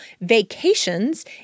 vacations